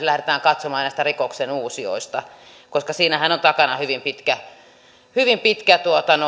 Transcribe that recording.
lähdetään katsomaan näistä rikoksenuusijoista koska siinähän on takana hyvin pitkä hyvin pitkä